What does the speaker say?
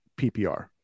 PPR